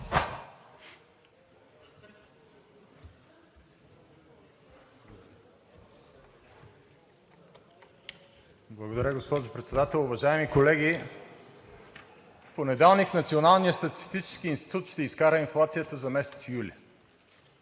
Благодаря, госпожо Председател. Уважаеми колеги, в понеделник Националният статистически институт ще изкара инфлацията за месец юли.